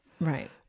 right